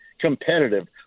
competitive